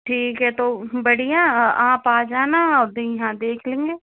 ठीक है तो बढ़िया आप आ जाना अभी हाँ देख लेंगे